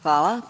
Hvala.